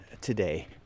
today